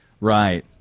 right